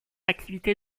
activité